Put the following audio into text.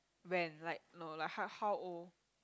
when like no like how how old